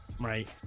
right